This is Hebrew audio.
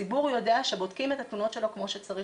הציבור יודע שבודקים את התלונות שלו כמו שצריך,